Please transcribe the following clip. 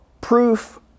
proof